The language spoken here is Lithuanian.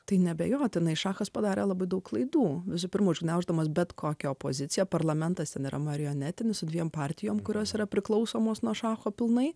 tai neabejotinai šachas padarė labai daug klaidų visų pirma užgniauždamas bet kokią opoziciją parlamentas nėra marionetinis su dviem partijom kurios yra priklausomos nuo šacho pilnai